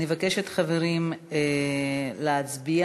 אני מבקשת, חברים, להצביע.